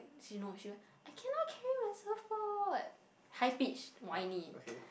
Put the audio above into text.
she know she went I cannot carry my surf board high pitch whiny